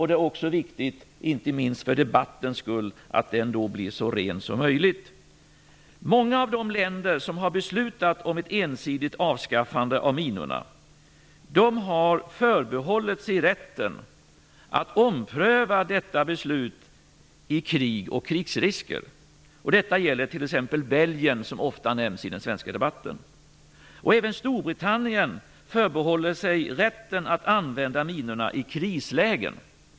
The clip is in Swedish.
Det är viktigt inte minst för debattens skull, så att den blir så ren som möjligt. Många av de länder som beslutat om ett ensidigt avskaffande av minorna har förbehållit sig rätten att ompröva detta beslut i krig och vid krigsrisker. Detta gäller t.ex. Belgien, som ofta nämns i den svenska debatten. Även Storbritannien förbehåller sig rätten att använda minorna i krislägen.